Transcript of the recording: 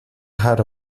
had